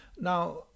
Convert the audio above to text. Now